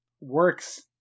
works